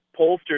pollsters